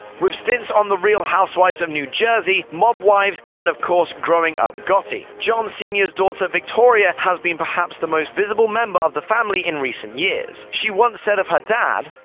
with stints on the real housewives of new jersey, mob wives, and of course, growing up gotti, john sr s daughter victoria has been perhaps the most visible member of the family in recent years. she once said of her dad,